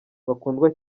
bakundwa